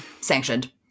Sanctioned